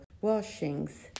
washings